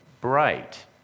bright